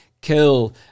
kill